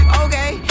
okay